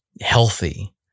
Healthy